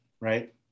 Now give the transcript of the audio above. right